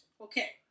Okay